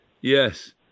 Yes